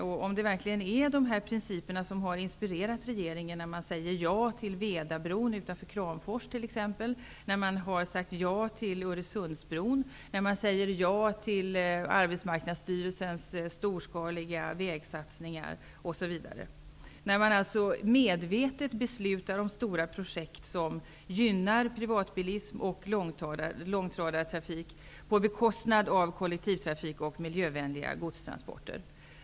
Är det verkligen Riokonferensens principer som har inspirerat regeringen, när man säger ja till Vedabron utanför Kramfors, när man har sagt ja till Öresundsbron, när man säger ja till Arbetsmarknadsstyrelsens storskaliga vägsatsningar osv.? Man beslutar medvetet om stora projekt som gynnar privatbilism och långtradartrafik på bekostnad av kollektivtrafik och miljövänliga godstransporter.